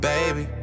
Baby